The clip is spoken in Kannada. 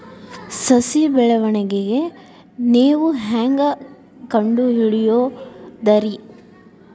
ಸಸಿ ಬೆಳವಣಿಗೆ ನೇವು ಹ್ಯಾಂಗ ಕಂಡುಹಿಡಿಯೋದರಿ?